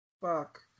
Fuck